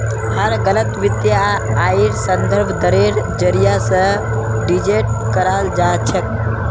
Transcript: हर गलत वित्तीय आइर संदर्भ दरेर जरीये स डिटेक्ट कराल जा छेक